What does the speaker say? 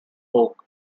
oak